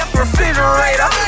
refrigerator